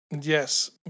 yes